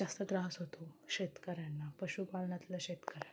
जास्त त्रास होतो शेतकऱ्यांना पशुपालनातलं शेतकऱ्यांना